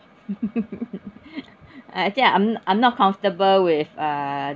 uh actually I'm I'm not comfortable with uh